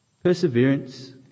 Perseverance